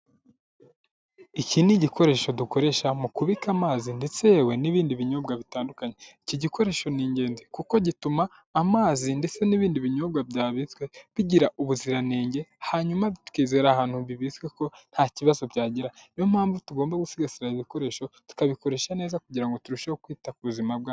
Iki ni igikoresho dukoresha mu kubika amazi ndetse yewe n'ibindi binyobwa bitandukanye. Iki gikoresho ni ingenzi, kuko gituma amazi ndetse n'ibindi binyobwa byabitswe bigira ubuziranenge. Hanyuma tukizera ahantu byabitswe ko ntakibazo byagira. Ni yo mpamvu tugomba gusigasira ibi bikoresho, tukabikoresha neza kugira ngo turusheho gusigasira ubuzima bwa...